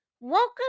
Welcome